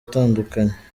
atandukanye